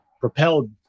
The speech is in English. propelled